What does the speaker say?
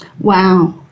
Wow